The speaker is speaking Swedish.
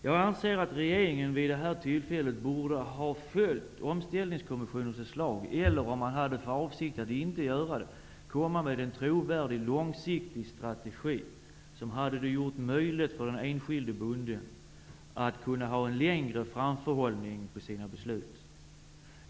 Jag anser att regeringen vid detta tillfälle borde ha följt Omställningskommissionens förslag eller, om man hade för avsikt att inte göra det, skulle ha utarbetat en långsiktigt trovärdig strategi som hade gjort det möjligt för den enskilde bonden att ha en längre framförhållning för sina beslut.